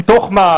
מתוך מה?